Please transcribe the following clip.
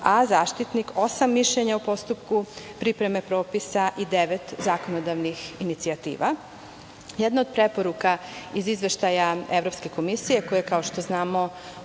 a Zaštitnik osam mišljenja o postupku pripreme propisa i devet zakonodavnih inicijativa. Jedna od preporuka iz izveštaja Evropske komisije, koji je, kao što znamo,